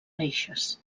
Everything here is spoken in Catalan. reixes